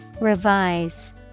Revise